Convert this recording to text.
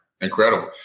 Incredible